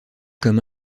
comme